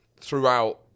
throughout